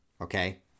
Okay